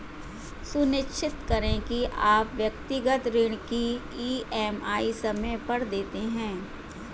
सुनिश्चित करें की आप व्यक्तिगत ऋण की ई.एम.आई समय पर देते हैं